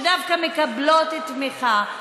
שדווקא מקבלות תמיכה,